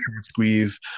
squeeze